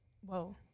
whoa